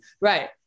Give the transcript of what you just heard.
Right